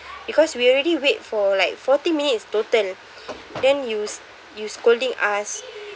because we already wait for like forty minutes total then you s~ you scolding us